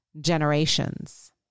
generations